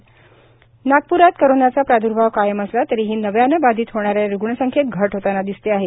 Vidarbha corona नागप्रात कोरोनाचा प्राद्र्भाव कायम असला तरीही नव्यानं बाधित होणाऱ्या रुग्ण संख्येत घट होताना दिसते आहे